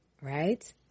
right